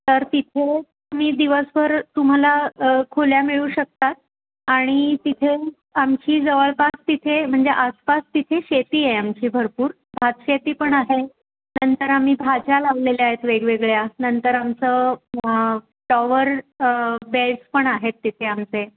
तर तिथे मी दिवसभर तुम्हाला खोल्या मिळू शकतात आणि तिथे आमची जवळपास तिथे म्हणजे आसपास तिथे शेती आहे आमची भरपूर भातशेती पण आहे नंतर आम्ही भाज्या लावलेल्या आहेत वेगवेगळ्या नंतर आमचं टॉवर पण आहेत तिथे आमचे